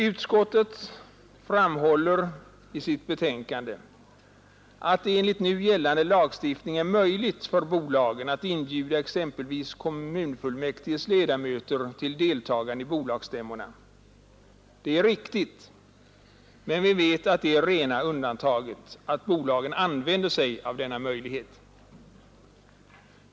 Utskottet framhåller i sitt betänkande att det enligt nu gällande lagstiftning är möjligt för bolagen att inbjuda exempelvis kommun fullmäktiges ledamöter till deltagande i bolagsstämmorna. Det är riktigt, men vi vet att det är rena undantaget att bolagen använder sig av denna möjlighet.